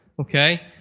Okay